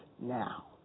now